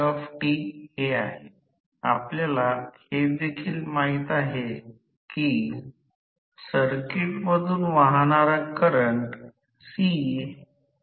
आणि हे एक फिरणारे चुंबकीय क्षेत्र तयार करते जे समकालिक वेग NS वर फिरते